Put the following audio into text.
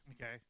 Okay